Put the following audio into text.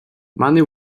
many